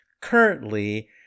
currently